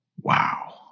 Wow